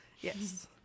Yes